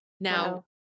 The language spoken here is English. Now